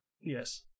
yes